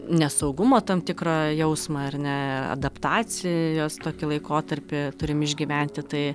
nesaugumo tam tikrą jausmą ar ne adaptacijos tokį laikotarpį turim išgyventi tai